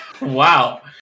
Wow